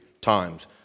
times